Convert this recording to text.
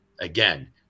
again